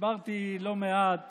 דיברתי לא מעט